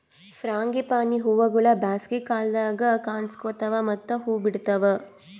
frangipani ಹೂವುಗೊಳ್ ಬ್ಯಾಸಗಿ ಕಾಲದಾಗ್ ಕನುಸ್ಕೋತಾವ್ ಮತ್ತ ಹೂ ಬಿಡ್ತಾವ್